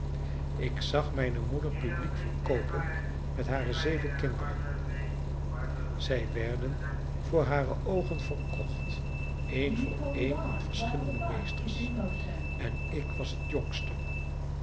ik zag mijne moeder publiek verkoopen met hare zeven kinderen zij werden voor hare oogen verkocht een voor een aan verschillende meesters en ik was het jongste